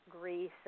Greece